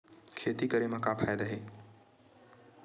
खेती करे म का फ़ायदा हे?